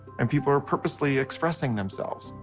and people are purposefully expressing themselves.